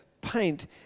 paint